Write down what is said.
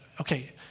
okay